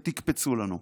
ותקפצו לנו".